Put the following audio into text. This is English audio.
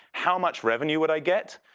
how much revenue would i get?